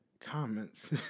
comments